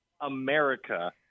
America